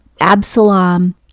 Absalom